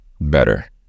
better